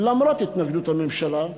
למרות התנגדות הממשלה.